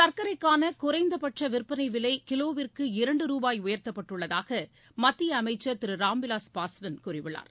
சர்க்கரைக்கான குறைந்தபட்ச விற்பனை விலை கிலோவிற்கு இரண்டு ரூபாய் உயர்த்தப்பட்டுள்ளதாக மத்திய அமைச்சர் திரு ராம்விலாஸ் பாஸ்வான் கூறியுள்ளார்